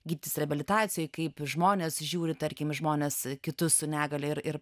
gydytis reabilitacijoj kaip žmonės žiūri tarkim į žmonės kitus su negalia ir ir